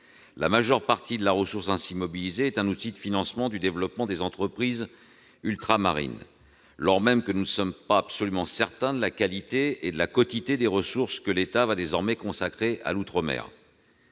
la majeure partie de la ressource ainsi mobilisée est un outil de financement du développement des entreprises ultramarines, alors même que nous ne sommes absolument pas certains de la qualité et la quotité des ressources que l'État va désormais consacrer à l'outre-mer.